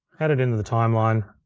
edit into the timeline.